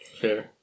Fair